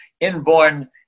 inborn